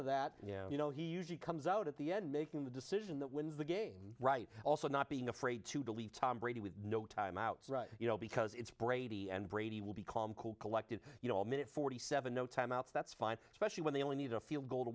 of that you know he usually comes out at the end making the decision that wins the game right also not being afraid to believe tom brady with no timeouts you know because it's brady and brady will be calm cool collected you know a minute forty seven no timeouts that's fine especially when they only need a field goal to